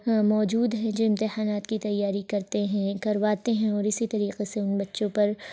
موجود ہیں جو امتحانات کی تیاری کرتے ہیں کرواتے ہیں اور اسی طریقے سے ان بچوں پر